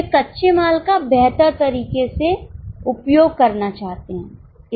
वे कच्चे माल का बेहतर तरीके से उपयोग करना चाहते हैं